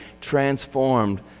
transformed